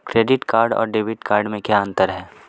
Credit card और debit card में क्या अंतर है?